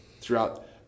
throughout